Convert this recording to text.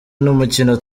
n’umukino